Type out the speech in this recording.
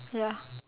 ya